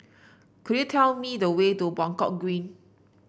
could you tell me the way to Buangkok Green